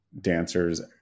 dancers